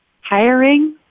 hiring